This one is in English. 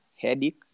headache